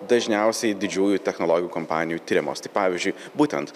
dažniausiai didžiųjų technologijų kompanijų tiriamos tai pavyzdžiui būtent